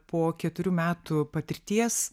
po keturių metų patirties